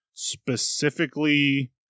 specifically